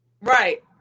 right